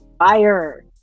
fire